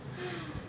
!hais!